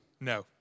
No